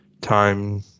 time